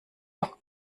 noch